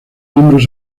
miembros